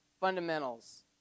fundamentals